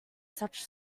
such